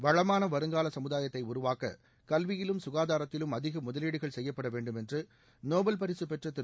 வளமான வருங்கால சமுதாயத்தை உருவாக்க கல்வியிலும் சுகாதாரத்திலும் அதிக முதலீடுகள் செய்யப்பட வேண்டும் என்று நோபல் பரிசு பெற்ற திரு